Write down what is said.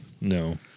No